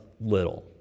little